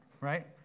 Right